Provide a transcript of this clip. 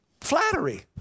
Flattery